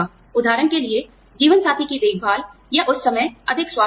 उदाहरण के लिए जीवनसाथी की देखभाल या उस समय अधिक स्वास्थ्य लाभ